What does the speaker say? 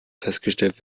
festgestellt